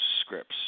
scripts